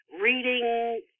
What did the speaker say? reading